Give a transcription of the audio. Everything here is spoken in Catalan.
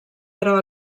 però